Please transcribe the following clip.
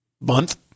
month